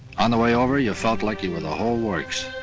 on the way over you felt like you were the whole works,